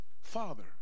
father